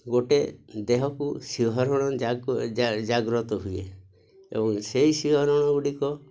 ଗୋଟିଏ ଦେହକୁ ଶିହରଣ ଜାଗ୍ରତ ହୁଏ ଏବଂ ସେଇ ଶିହରଣ ଗୁଡ଼ିକ